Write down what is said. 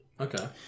Okay